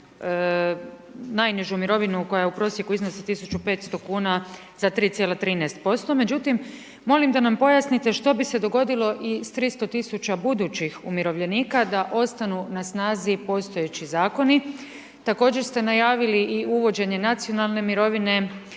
najnižu mirovinu koja u prosjeku iznosi 1500 kn za 3,13%. Međutim, molim da nam pojasnite, što bi se dogodilo i s 300 tisuća budućih umirovljenika, da ostanu na snazi postojeći zakoni. Također ste najavili i u vođenje nacionalne mirovine,